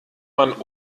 man